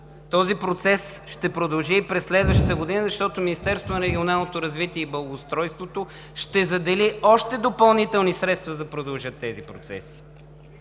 Този процес ще продължи и през следващата година, защото Министерството на регионалното развитие и благоустройството ще задели още допълнителни средства, за да продължат тези процеси.